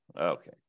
Okay